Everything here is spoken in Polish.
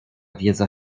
wiedza